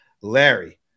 Larry